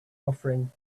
offering